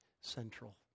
central